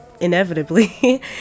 inevitably